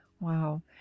Wow